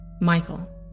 Michael